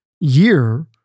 year